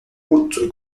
autre